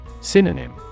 Synonym